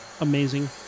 amazing